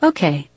Okay